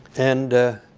and